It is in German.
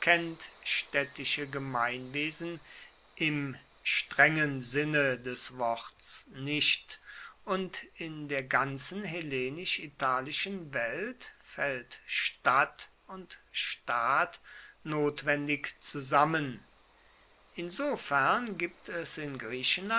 städtische gemeinwesen im strengen sinne des worts nicht und in der ganzen hellenisch italischen welt fällt stadt und staat notwendig zusammen insofern gibt es in griechenland